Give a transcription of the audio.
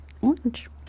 Orange